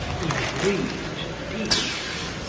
he breathed deeply.